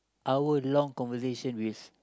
our long conversation with